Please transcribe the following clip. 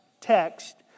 text